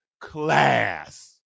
Class